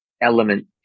element